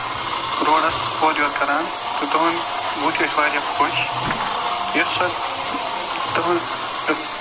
روڈَس اورٕ یور کَران تہٕ تُہُنٛد بٔتھۍ ٲسۍ واریاہ خۄش یہِ سُہ تٔہٕنٛز